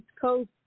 Coast